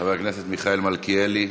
חבר הכנסת מיכאל מלכיאלי,